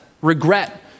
regret